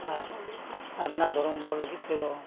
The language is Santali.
ᱟᱨ ᱥᱟᱨᱱᱟ ᱫᱷᱚᱨᱚᱢ ᱦᱚᱲ ᱞᱟᱹᱜᱤᱫ ᱛᱮᱫᱚ